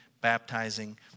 baptizing